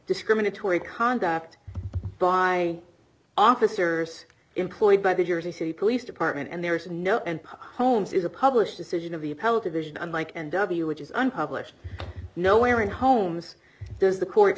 discriminatory conduct by officers employed by the jersey city police department and there is no end holmes is a published decision of the appellate division unlike and w which is unpublished nowhere in homes does the court